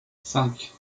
cinq